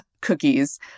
cookies